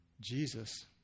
Jesus